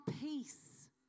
peace